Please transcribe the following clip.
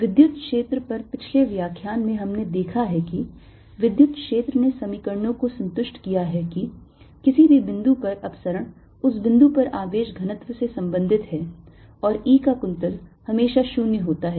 विद्युत क्षेत्र पर पिछले व्याख्यान में हमने देखा है कि विद्युत क्षेत्र ने समीकरणों को संतुष्ट किया है कि किसी भी बिंदु पर अपसरण उस बिंदु पर आवेश घनत्व से संबंधित है और E का कुंतल हमेशा 0 होता है